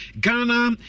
Ghana